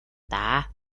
даа